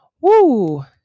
woo